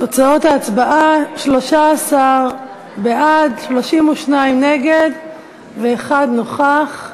תוצאות ההצבעה: 13 בעד, 32 נגד ואחד נוכח.